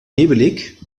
nebelig